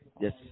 Yes